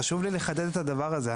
חשוב לי לחדד את הדבר הזה.